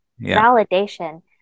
validation